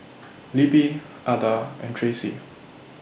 Libby Adda and Tracey